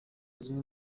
zimwe